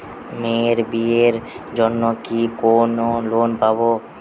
মেয়ের বিয়ের জন্য কি কোন লোন পাব?